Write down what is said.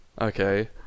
okay